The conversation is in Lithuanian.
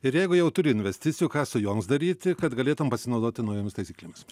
ir jeigu jau turi investicijų ką su joms daryti kad galėtum pasinaudoti naujomis taisyklėmis